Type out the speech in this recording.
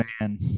man